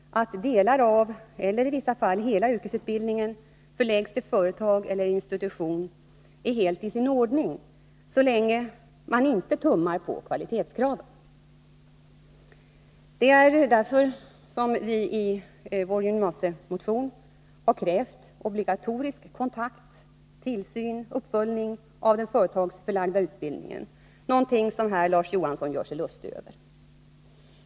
Att delar av eller i vissa fall hela yrkesutbildningen förläggs till företag eller institutioner är helt i sin ordning, så länge man inte tummar på kvalitetskravet. Det är därför som vi i vår gymnasiemotion krävt obligatorisk kontakt, tillsyn och uppföljning av den företagsförlagda utbildningen — någonting som Larz Johansson här gjorde sig lustig över.